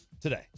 today